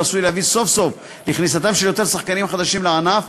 ועשוי להביא סוף-סוף לכניסתם של יותר שחקנים חדשים לענף.